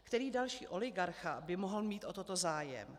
Který další oligarcha by mohl mít o toto zájem?